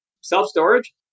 self-storage